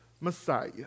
Messiah